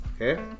Okay